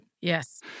Yes